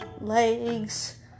legs